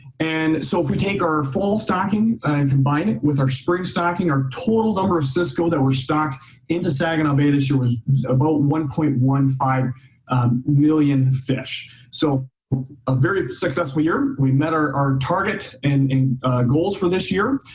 and so if we take our fall stocking and combine it with our spring stocking our total number of cisco that were stocked into saginaw bay this year was about one point one five million fish. so a very successful year. we met our our target and and goals for this year.